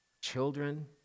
children